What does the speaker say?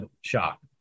shock